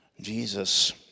Jesus